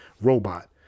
robot